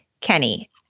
Kenny